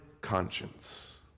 conscience